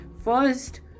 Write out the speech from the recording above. first